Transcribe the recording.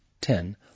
ten